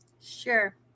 Sure